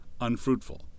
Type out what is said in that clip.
unfruitful